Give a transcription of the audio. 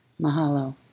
Mahalo